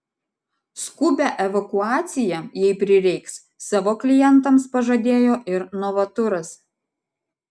skubią evakuaciją jei prireiks savo klientams pažadėjo ir novaturas